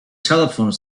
telephone